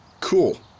Cool